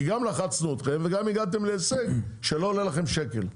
כי גם לחצנו אתכם וגם הגעתם להישג שלא עולה לכם שקל.